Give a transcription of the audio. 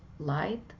light